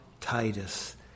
Titus